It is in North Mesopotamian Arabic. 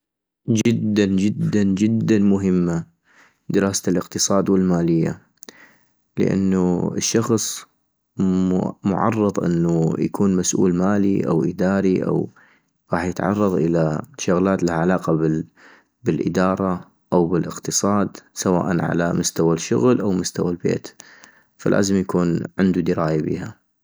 جدا جدا جدا مهمة دراسة الاقتصاد والمالية - لانو الشخص معرض انو يكون مسؤول مالي أو اداري أو غاح يتعرض إلى شغلات لها علاقة بالادارة أو بالاقتصاد سواءا على مستوى الشغل أو على مستوى البيت ، فلازم يكون عندو دراية بيها